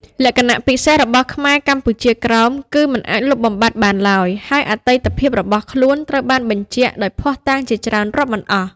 លក្ខណះពិសេសរបស់ខ្មែរកម្ពុជាក្រោម គឺមិនអាចលុបបំបាត់បានឡើយ ហើយអតីតភាពរបស់ខ្លួនត្រូវបានបញ្ជាក់ដោយភស្តុតាងជាច្រើនរាប់មិនអស់ ។